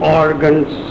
organs